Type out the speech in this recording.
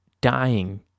dying